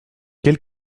quel